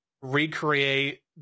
recreate